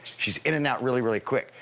she's in and out really, really quick.